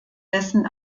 dessen